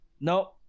No